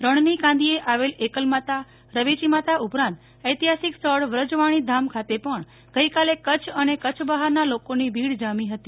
રણની કાંધીએ આવેલ એકલમાતા રવેચી માતા ઉપરાંત ઐતિહાસિક સ્થળ વ્રજવાણીધામ ખાતે પણ ગઈકાલે કચ્છ અને કચ્છ બહારના લોકોની ભીડ જામી હતી